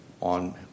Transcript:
on